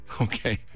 Okay